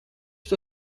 что